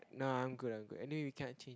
nah I'm good I'm good anyway we can change